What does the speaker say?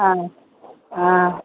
ആണോ ആ